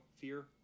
fear